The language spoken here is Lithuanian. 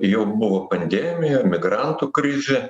jau buvo pandemija migrantų krizė